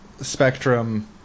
spectrum